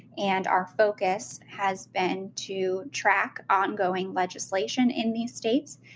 and our focus has been to track ongoing legislation in these states.